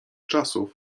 czasów